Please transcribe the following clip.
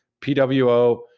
pwo